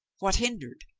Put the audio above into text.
what hindered?